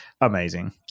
amazing